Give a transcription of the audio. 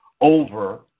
over